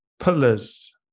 pillars